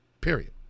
Period